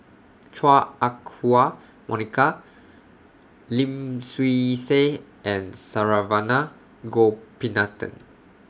Chua Ah Huwa Monica Lim Swee Say and Saravanan Gopinathan